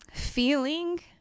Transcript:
Feeling